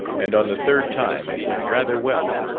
and on the third time it went rather well.